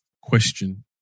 question